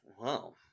Wow